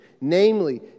namely